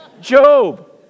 Job